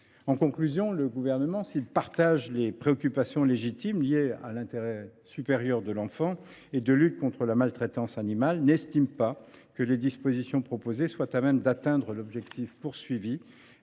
En conclusion, le Gouvernement, s’il partage les préoccupations légitimes liées à l’intérêt supérieur de l’enfant et à la lutte contre la maltraitance animale, n’estime pas que les dispositions proposées soient à même d’atteindre l’objectif visé.